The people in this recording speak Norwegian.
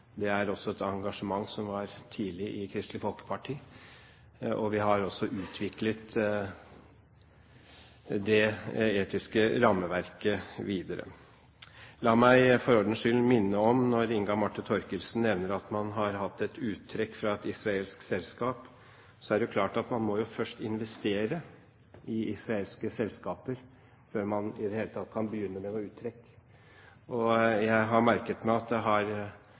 vi har også utviklet det etiske rammeverket videre. La meg for ordens skyld minne om, når Inge Marte Thorkildsen nevner at man har hatt et uttrekk fra et israelsk selskap, at man må jo først investere i israelske selskaper før man i det hele tatt kan begynne med noen uttrekk. Jeg har merket meg at det har